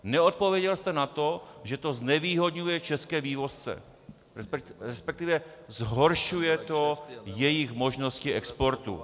Neodpověděl jste na to, že to znevýhodňuje české vývozce, resp. zhoršuje to jejich možnosti exportu.